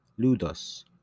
Ludos